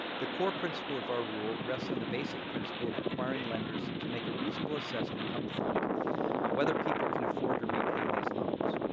the core principle of our rule rests on the basic principle of requiring lenders to make a reasonable assessment up front of whether people can afford to repay these loans.